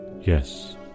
Yes